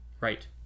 Right